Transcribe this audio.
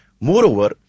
Moreover